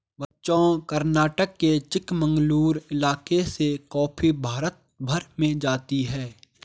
बच्चों कर्नाटक के चिकमंगलूर इलाके से कॉफी भारत भर में जाती है